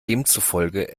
demzufolge